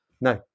No